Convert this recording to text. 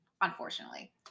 Unfortunately